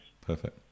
perfect